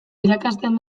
irakasten